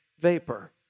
vapor